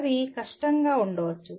అవి కష్టంగా ఉండవచ్చు